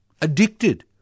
addicted